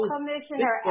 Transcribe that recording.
Commissioner